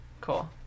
Cool